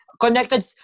Connected